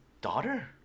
daughter